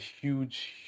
huge